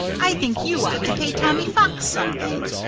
i think you ought to pay tommy fox something.